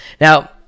Now